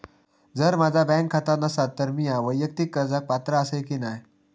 जर माझा बँक खाता नसात तर मीया वैयक्तिक कर्जाक पात्र आसय की नाय?